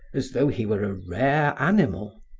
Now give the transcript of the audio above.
as though he were a rare animal.